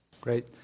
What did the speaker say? Great